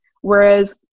whereas